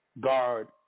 guard